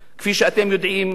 כפי שאתם יודעים,